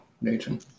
Nathan